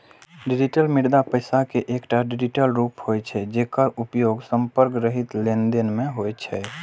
digital मुद्रा पैसा के एकटा डिजिटल रूप होइ छै, जेकर उपयोग संपर्क रहित लेनदेन मे होइ छै